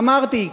אמרתי,